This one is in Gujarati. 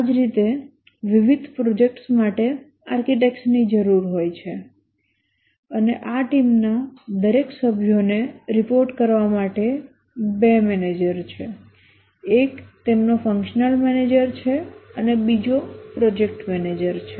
એ જ રીતે વિવિધ પ્રોજેક્ટ્સ માટે આર્કિટેક્ટ્સની જરૂર હોય છે અને આ ટીમના દરેક સભ્યોને રિપોર્ટ કરવા માટે બે મેનેજર છે એક તેમનો ફંક્શનલ મેનેજર છે અને બીજો પ્રોજેક્ટ મેનેજર છે